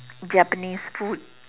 Japanese food